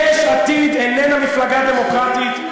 יש עתיד איננה מפלגה דמוקרטית,